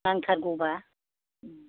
नांथारगौबा